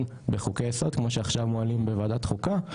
בחוקי יסוד כמו שעכשיו מועלים בוועדת חוקה,